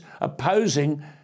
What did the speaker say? opposing